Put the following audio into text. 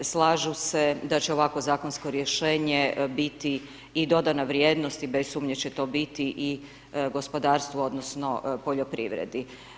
Slažu se da će ovakvo zakonsko rješenje biti i dodana vrijednosti i bez sumnje će to biti i gospodarstvo odnosno poljoprivredi.